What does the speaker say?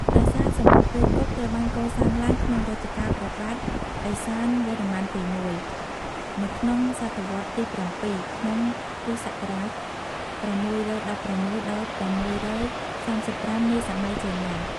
ប្រាសាទសម្បូរព្រៃគុក ត្រូវបានកសាងឡើងក្នុងរជ្ជកាលព្រះបាទឥសានវរ្ម័នទី១ នៅក្នុងសតវត្សរ៍ទី៧ ក្នុង គ្រិស្តសករាជ ៦១៦ ដល់ ៦៣៥ នាសម័យចេនឡា។